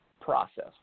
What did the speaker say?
process